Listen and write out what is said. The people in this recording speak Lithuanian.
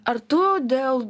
ar tu dėl